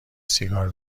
سیگار